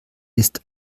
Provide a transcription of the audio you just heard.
ist